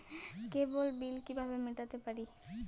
কেবল bill কিভাবে মেটাতে পারি?